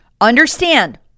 Understand